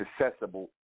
accessible